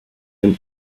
and